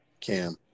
Cam